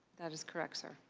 that is correct, sir.